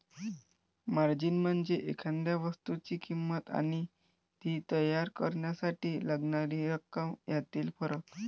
margin म्हणजे एखाद्या वस्तूची किंमत आणि ती तयार करण्यासाठी लागणारी रक्कम यातील फरक